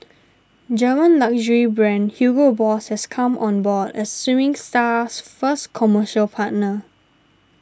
German luxury brand Hugo Boss has come on board as swimming star's first commercial partner